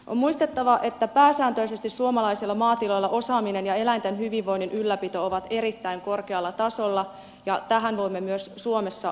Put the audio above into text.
on muistettava että pääsääntöisesti suomalaisilla maatiloilla osaaminen ja eläinten hyvinvoinnin ylläpito ovat erittäin korkealla tasolla ja tähän voimme myös suomessa luottaa